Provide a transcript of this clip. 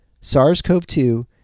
SARS-CoV-2